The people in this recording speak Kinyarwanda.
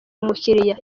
umukiriya